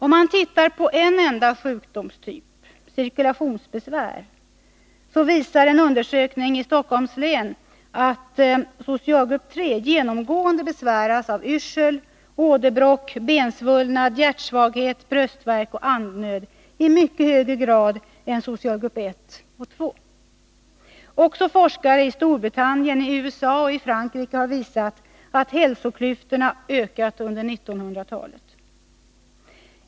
Tittar man på en enda sjukdomstyp — cirkulationsbesvär — så visar en undersökning i Stockholms län att socialgrupp 3 genomgående besväras av exempelvis yrsel, åderbråck, bensvullnad, hjärtsvaghet, bröstvärk och andnöd i mycket högre grad än socialgrupp 1 och 2. Också forskare i Storbritannien, USA och Frankrike har visat att hälsoklyftorna ökat under 1900-talet.